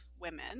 women